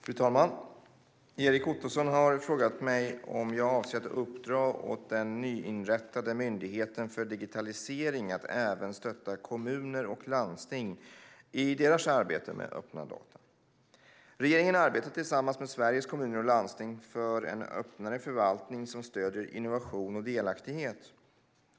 Fru talman! Erik Ottoson har frågat mig om jag avser att uppdra åt den nyinrättade myndigheten för digitalisering att även stötta kommuner och landsting i deras arbete med öppna data. Regeringen arbetar tillsammans med Sveriges Kommuner och Landsting för en öppnare förvaltning som stöder innovation och delaktighet.